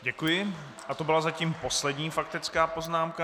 Děkuji a to byla zatím poslední faktická poznámka.